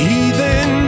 Heathen